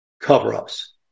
cover-ups